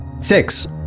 Six